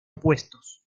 opuestos